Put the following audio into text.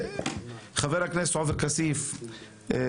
אני מברך את חבר הכנסת עופר כסיף שהצטרף.